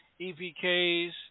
EPKs